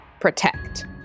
protect